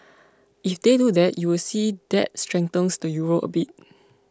if they do that you would see that strengthen the euro a bit